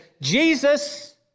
Jesus